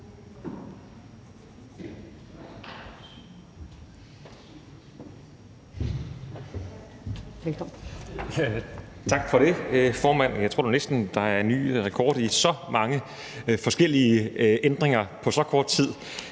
Tak for det, formand. Jeg tror nu næsten, det er ny rekord med så mange forskellige ændringer på så kort tid.